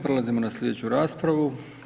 Prelazimo na sljedeću raspravu.